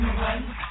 one